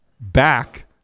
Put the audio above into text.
back